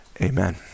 amen